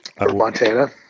montana